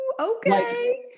Okay